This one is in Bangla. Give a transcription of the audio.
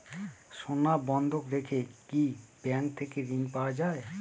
সোনা বন্ধক রেখে কি ব্যাংক থেকে ঋণ পাওয়া য়ায়?